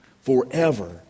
forever